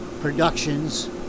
productions